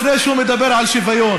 לפני שהוא מדבר על שוויון.